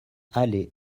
allée